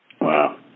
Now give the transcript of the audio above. Wow